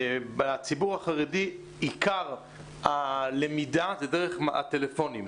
בציבור החרדי עיקר הלמידה זה דרך הטלפונים.